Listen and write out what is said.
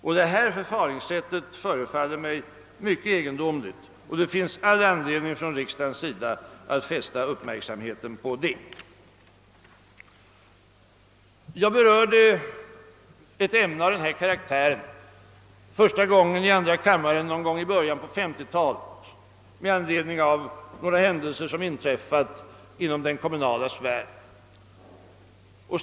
Det nu tillämpade förfaringssättet förefaller mig därför egendomligt. Det finns anledning för riksdagen att fästa sin uppmärksamhet därpå. Med anledning av några händelser som inträffade inom den kommunala sfären berörde jag ett ämne av denna karaktär i andra kammaren i början på 1950-talet.